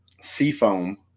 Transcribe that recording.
Seafoam